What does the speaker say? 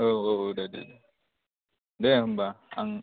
औ औ दे दे दे होनबा